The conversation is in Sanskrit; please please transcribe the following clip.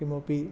किमपि